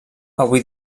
avui